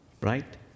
Right